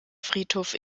friedhof